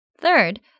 Third